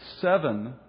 seven